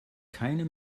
keine